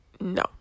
no